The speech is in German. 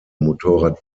motorrad